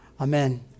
Amen